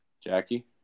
Jackie